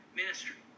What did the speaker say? ministry